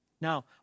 Now